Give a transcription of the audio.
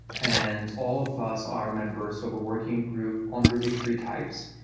and all of us are members of a working group on ruby three types.